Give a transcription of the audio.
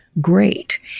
great